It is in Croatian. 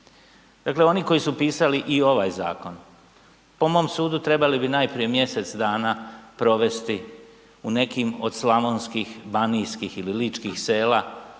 Dakle, oni koji su pisali i ovaj zakon, po mom sudu trebali bi najprije mjesec dana provesti u nekim od slavonskih, banijskih ili ličkih sela